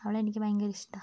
അവളെയെനിക്ക് ഭയങ്കര ഇഷ്ടം ആണ്